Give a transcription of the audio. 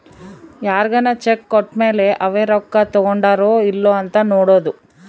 ಯಾರ್ಗನ ಚೆಕ್ ಕೋಟ್ಮೇಲೇ ಅವೆ ರೊಕ್ಕ ತಕ್ಕೊಂಡಾರೊ ಇಲ್ಲೊ ಅಂತ ನೋಡೋದು